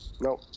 Nope